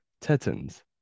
Tetons